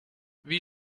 wie